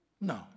No